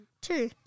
Two